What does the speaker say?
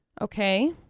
Okay